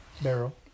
barrel